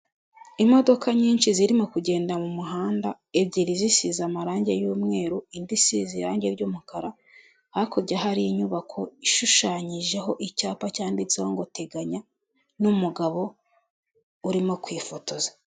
Imodoka nyinshi zirimo kugenda mu muhanda ebyiri zisize amarangi y'umweru indi isize irangi ry'umukara, hakurya hari inyubako ishushanyijeho icyapa cyanditseho ngo teganya n'umugabo urimo kwifotoza.